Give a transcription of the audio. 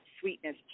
sweetness